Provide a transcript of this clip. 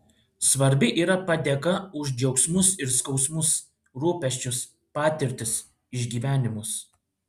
svarbi yra padėka už džiaugsmus ir skausmus rūpesčius patirtis išgyvenimus